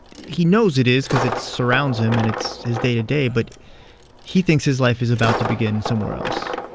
he knows it is cause it surrounds him and it's his day to day. but he thinks his life is about to begin somewhere else.